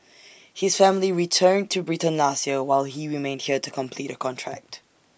his family returned to Britain last year while he remained here to complete A contract